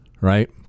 right